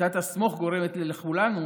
שיטת ה"סמוך" גורמת לכולנו